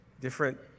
different